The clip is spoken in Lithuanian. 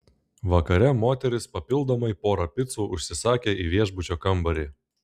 vakare moteris papildomai porą picų užsisakė į viešbučio kambarį